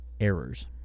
errors